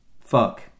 fuck